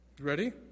Ready